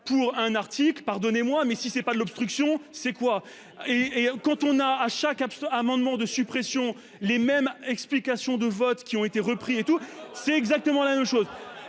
pour un article pardonnez-moi mais si c'est pas de l'obstruction c'est quoi et quand on a à chaque habitant amendements de suppression, les mêmes explications de vote qui ont été repris et tout c'est exactement la même chose.